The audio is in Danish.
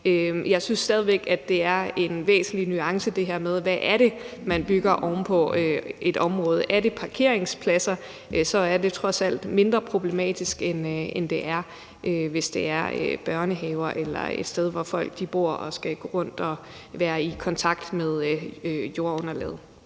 Jeg synes stadig væk, at der er en væsentlig nuance, i forhold til hvilket område man bygger oven på. Er det parkeringspladser, er det trods alt mindre problematisk, end det er, hvis det er børnehaver eller et sted, hvor folk bor og er i kontakt med jorden nedenunder.